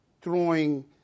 throwing